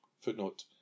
Footnote